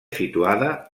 situada